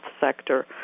sector